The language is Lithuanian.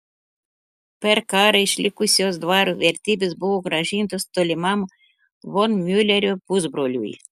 per karą išlikusios dvaro vertybės buvo grąžintos tolimam von miulerio pusbroliui